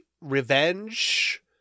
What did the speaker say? revenge